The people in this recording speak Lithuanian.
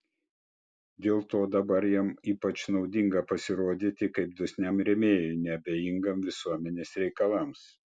dėl to dabar jam ypač naudinga pasirodyti kaip dosniam rėmėjui neabejingam visuomenės reikalams